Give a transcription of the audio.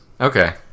Okay